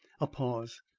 a pause,